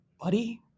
buddy